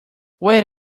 wait